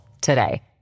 today